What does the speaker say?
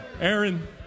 Aaron